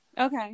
Okay